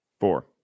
Four